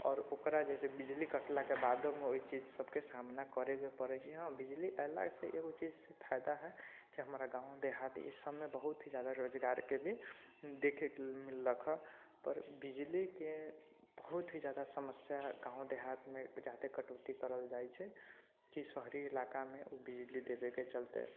आओर ओकरा जे छै बिजली कटलाके बादोमे ओहिचीज सभके सामना करयके पड़ै छै हँ बिजली अयलासँ एगो चीज फायदा हइ कि हमरा गाम देहात ईसभमे बहुत ही ज्यादा रोजगारके भी देखयके मिललक हँ पर बिजलीके बहुत ही ज्यादा समस्या गाम देहातमे ज्यादे कटौती करल जाइ छै कि शहरी इलाकामे बिजली देबयके चलते